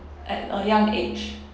at a young age